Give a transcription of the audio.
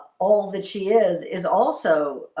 all that she is is also